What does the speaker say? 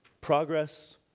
Progress